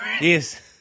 Yes